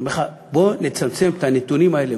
אני אומר לך: בוא נצמצם את הנתונים האלה,